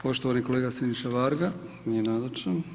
Poštovani kolega Siniša Varga, nije nazočan.